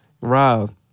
Rob